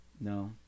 no